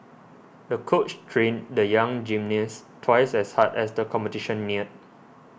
the coach trained the young gymnast twice as hard as the competition neared